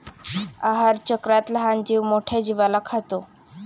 आहारचक्रात लहान जीव मोठ्या जीवाला खातो